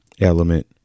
element